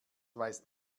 weiß